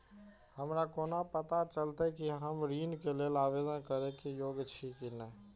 हमरा कोना पताा चलते कि हम ऋण के लेल आवेदन करे के योग्य छी की ने?